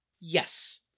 Yes